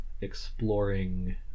exploring